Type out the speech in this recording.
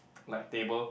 like table